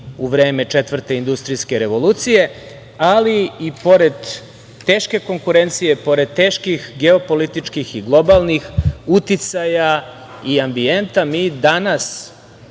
u vreme Četvrte industrijske revolucije, ali i pored teške konkurencije, pored teških geopolitičkih i globalnih uticaja i ambijenta, mi danas